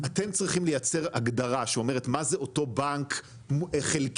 אתם צריכים לייצר הגדרה שאומרת מה זה אותו בנק חלקי,